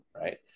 right